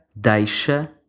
deixa